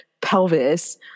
pelvis